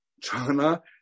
China